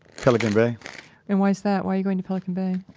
pelican bay and why is that? why are you going to pelican bay?